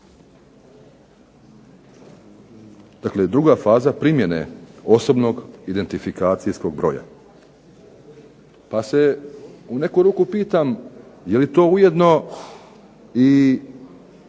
Dakle, druga faza primjene osobnog identifikacijskog broja. Pa se u neku ruku pitam, jeli to ujedno i